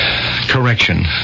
correction